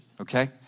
okay